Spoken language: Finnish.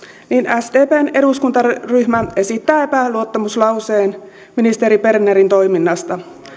sdpn eduskuntaryhmä esittää epäluottamuslauseen ministeri bernerin toiminnasta